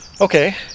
okay